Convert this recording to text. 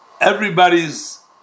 everybody's